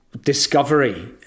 discovery